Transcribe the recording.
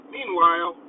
Meanwhile